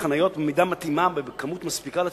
חניות במידה מתאימה ובכמות מספיקה לציבור.